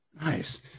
Nice